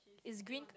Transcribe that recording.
is green